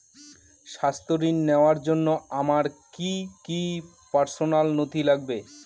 স্বাস্থ্য ঋণ নেওয়ার জন্য আমার কি কি পার্সোনাল নথি লাগবে?